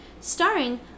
starring